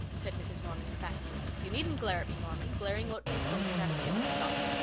said mrs. norman emphatically. you needn't glare at me, norman. glaring won't make soldiers out of timothy stalks.